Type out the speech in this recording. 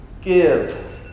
give